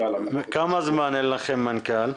כמה זמן אין לכם מנכ"ל?